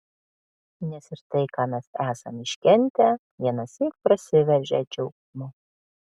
nes ir tai ką mes esam iškentę vienąsyk prasiveržia džiaugsmu